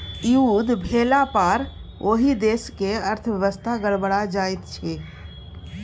युद्ध भेलापर ओहि देशक अर्थव्यवस्था गड़बड़ा जाइत छै